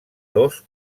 dos